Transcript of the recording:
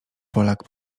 polak